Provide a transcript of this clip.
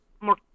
more